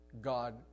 God